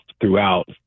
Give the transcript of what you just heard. throughout